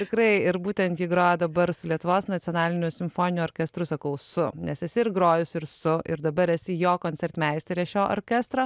tikrai ir būtent ji groja dabar su lietuvos nacionaliniu simfoniniu orkestru sakau su nes esi ir grojusi ir su ir dabar esi jo koncertmeisterė šio orkestro